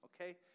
okay